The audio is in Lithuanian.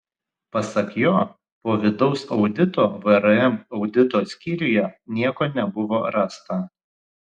pasak jo po vidaus audito vrm audito skyriuje nieko nebuvo rasta